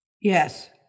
Yes